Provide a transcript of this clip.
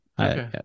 Okay